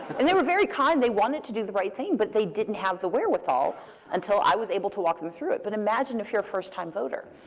and they were very kind. they wanted to do the right thing, but they didn't have the wherewithal until i was able to walk them through it. but imagine if you're a first time voter.